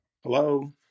Hello